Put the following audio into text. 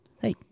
Hey